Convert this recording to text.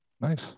nice